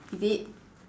is it